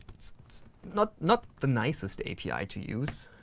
it's not not the nicest api to use,